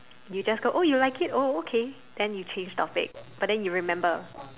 you just told oh you like it oh okay then you change topic but then you remember